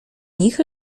nich